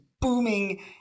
booming